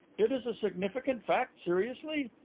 it is a significant fact, seriously?